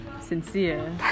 sincere